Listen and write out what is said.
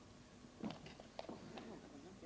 Jag yrkar alltså bifall till reservationerna 2, 7, 8, 9 och 10.